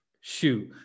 shoot